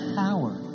power